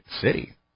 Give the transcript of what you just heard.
city